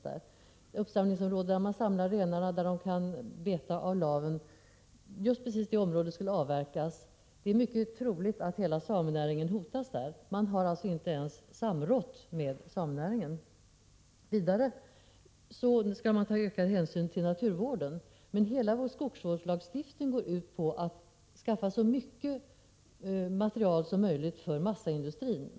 Där samlas renarna så att de kan beta av laven. Just det området skulle alltså avverkas, och det är mycket troligt att hela samenäringen där hotas. Man har inte ens samrått med samenäringen. Det skall tas ökad hänsyn till naturvården. Men hela vår skogsvårdslagstiftning går ut på att skaffa så mycket material som möjligt för massaindustrin.